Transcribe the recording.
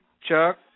Chuck